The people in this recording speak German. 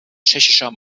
tschechischer